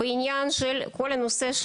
בעניין של כל הנושא של